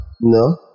No